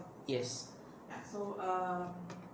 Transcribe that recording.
yes